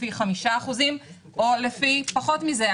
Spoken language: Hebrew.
לפי 5% או לפי פחות מזה?